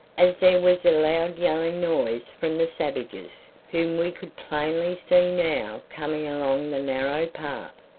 as there was a loud yelling noise from the savages, whom we could plainly see now coming along the narrow path,